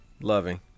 loving